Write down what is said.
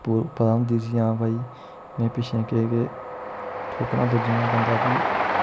पू पता होदां उसी हां भाई में पिच्छै केह् केह् ठोकरां बज्जी दियां बंदा फ्ही